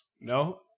No